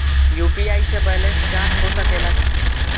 UPI से balance जाँच हो सके ला?